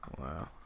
Wow